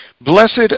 blessed